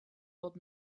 old